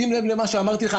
שים לב למה שאמרתי לך.